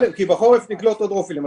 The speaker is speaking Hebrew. בחורף נקלוט עוד רופאים.